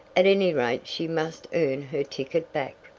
at any rate she must earn her ticket back.